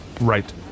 Right